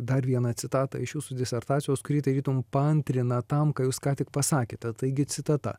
dar vieną citatą iš jūsų disertacijos kuri tarytum paantrina tam ką jūs ką tik pasakėte taigi citata